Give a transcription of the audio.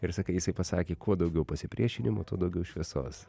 ir sakai jisai pasakė kuo daugiau pasipriešinimo tuo daugiau šviesos